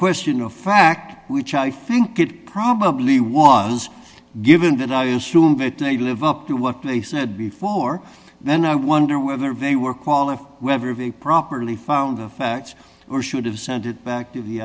question of fact which i think it probably was given that i use a live up to what they said before then i wonder whether they were qualified whether of a properly found the facts or should have sent it back to the